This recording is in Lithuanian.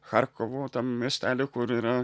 charkovo tam miestely kur yra